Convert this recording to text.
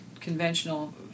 conventional